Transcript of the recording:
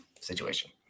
situation